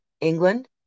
England